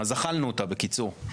אז אכלנו אותה, בקיצור.